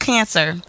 Cancer